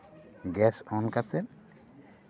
gas on ᱠᱟᱛᱮᱫ